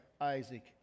Isaac